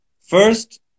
first